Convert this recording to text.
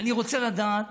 אני רוצה לדעת,